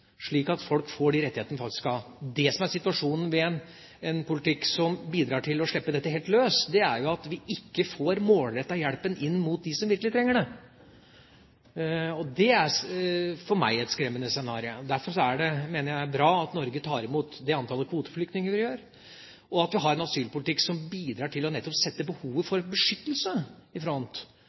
de faktisk skal ha. Det som er situasjonen ved en politikk som bidrar til å slippe dette helt løs, er at vi ikke får den målrettede hjelpen inn mot dem som virkelig trenger den. Det er for meg et skremmende scenario. Derfor mener jeg det er bra at Norge tar imot det antallet kvoteflyktninger som vi gjør, og at vi har en asylpolitikk som bidrar til nettopp å sette behovet for beskyttelse i front.